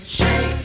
shake